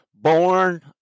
Born